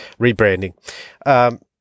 Rebranding